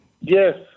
Yes